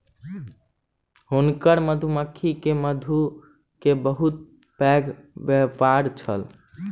हुनकर मधुमक्खी के मधु के बहुत पैघ व्यापार छल